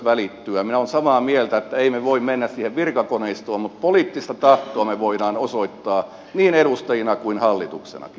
minä olen samaa mieltä että emme me voi mennä siihen virkakoneistoon mutta poliittista tahtoa me voimme osoittaa niin edustajina kuin hallituksenakin